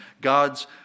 God's